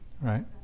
right